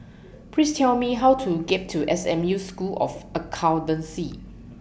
Please Tell Me How to get to S M U School of Accountancy